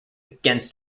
against